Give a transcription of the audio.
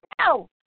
no